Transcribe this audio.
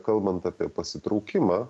kalbant apie pasitraukimą